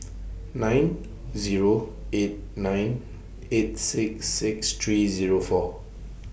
nine Zero eight nine eight six six three Zero four